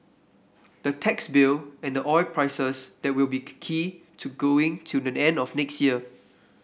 the tax bill and the oil prices there will be key to going till the end of next year